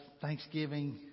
Thanksgiving